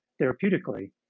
therapeutically